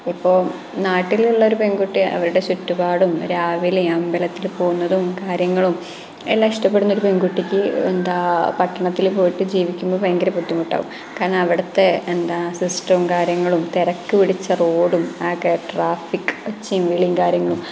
ഇപ്പോൾ നാട്ടിലുള്ള ഒരു പെൺകുട്ടിയെ അവരുടെ ചുറ്റുപാടും രാവിലെ അമ്പലത്തിൽ പോകുന്നതും കാര്യങ്ങളും എല്ലാം ഇഷ്ടപ്പെടുന്ന ഒരു പെൺകുട്ടിക്ക് എന്താണ് പട്ടണത്തിൽ പോയിട്ട് ജീവിക്കുമ്പോൾ ഭയങ്കര ബുദ്ധിമുട്ടാവും കാരണം അവിടുത്തെ എന്താണ് സിസ്റ്റവും കാര്യങ്ങളും തിരക്ക് പിടിച്ച റോഡും ആകെ ട്രാഫിക് ഒച്ചയും വിളിയും കാര്യങ്ങളും